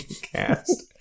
cast